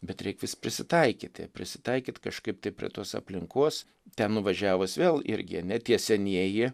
bet reik vis prisitaikyti prisitaikyt kažkaip tai prie tos aplinkos ten nuvažiavus vėl irgi ne tie senieji